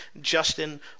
Justin